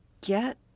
get